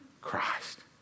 Christ